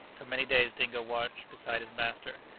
for many days dingo watched beside his master,